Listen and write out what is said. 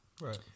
Right